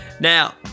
Now